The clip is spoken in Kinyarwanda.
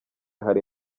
hari